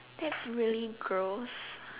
that's really gross